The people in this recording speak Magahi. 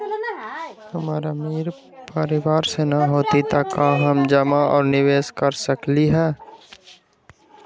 हम अमीर परिवार से न हती त का हम जमा और निवेस कर सकली ह?